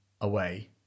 away